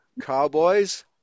cowboys